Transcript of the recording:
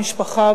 המשפחה,